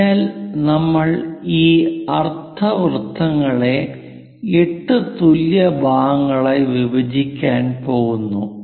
അതിനാൽ നമ്മൾ ഈ അർദ്ധവൃത്തങ്ങളെ 8 തുല്യ ഭാഗങ്ങളായി വിഭജിക്കാൻ പോകുന്നു